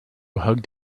hugged